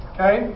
Okay